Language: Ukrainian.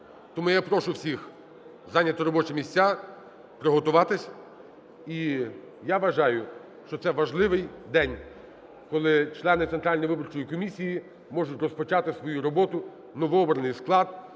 Тому я прошу всіх зайняти робочі місця, приготуватись. І я вважаю, що це важливий день, коли члени Центральної виборчої комісії можуть розпочати свою роботу, новообраний склад,